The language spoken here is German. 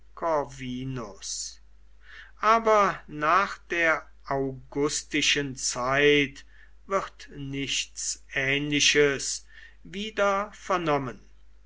aber nach der augustischen zeit wird nichts ähnliches wieder vernommen